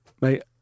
Mate